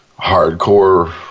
hardcore